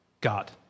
God